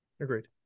Agreed